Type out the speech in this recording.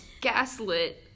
gaslit